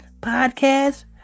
podcast